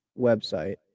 website